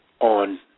on